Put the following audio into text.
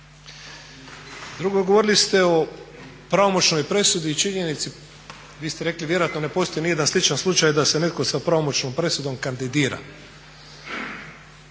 Drugo, govorili ste o pravomoćnoj presudi i činjenici, vi ste rekli vjerojatno ne postoji nijedan sličan slučaj da se netko sa pravomoćnom presudom kandidira.